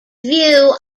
view